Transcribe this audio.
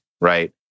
right